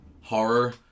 Horror